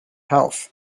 houses